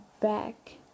back